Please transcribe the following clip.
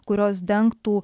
kurios dengtų